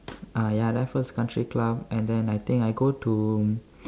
ah ya Raffles country club and then I think I go to